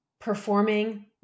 performing